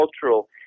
cultural